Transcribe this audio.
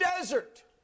desert